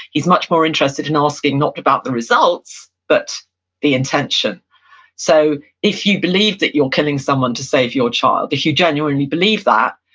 he's much more interested in asking not about the results, but the intention so if you believe that you're killing someone to save your child, if you genuinely believe that,